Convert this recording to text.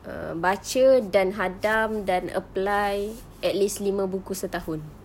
um baca dan hadam dan apply at least lima buku setahun